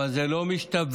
אבל זה לא משתווה,